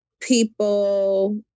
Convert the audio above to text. people